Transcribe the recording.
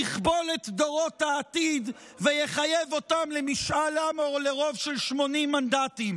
יכבול את דורות העתיד ויחייב אותם למשאל עם או לרוב של 80 מנדטים?